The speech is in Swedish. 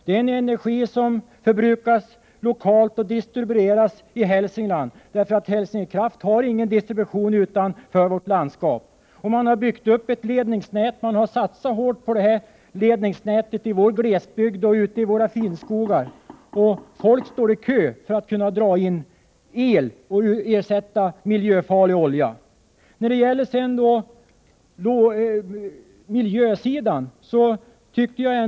Det är en energi som förbrukas lokalt och distribueras i Hälsingland. Hälsingekraft har ingen distribution utanför vårt landskap. Man har byggt upp ett ledningsnät och satsat hårt på detta ledningsnät i vår glesbygd och ute i våra finnskogar. Folk står i kö för att kunna dra in el och ersätta miljöfarlig olja.